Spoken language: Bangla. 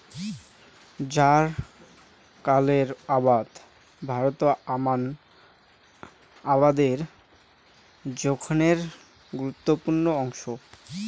জ্বারকালের আবাদ ভারতত আমান আবাদের জোখনের গুরুত্বপূর্ণ অংশ